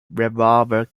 revolver